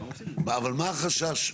אבל מה החשש?